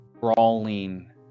crawling